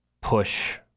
push